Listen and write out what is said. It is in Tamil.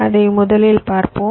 அதை முதலில் பார்ப்போம்